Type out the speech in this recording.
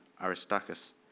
Aristarchus